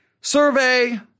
survey